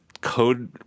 code